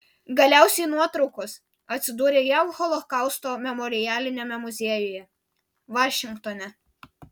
galiausiai nuotraukos atsidūrė jav holokausto memorialiniame muziejuje vašingtone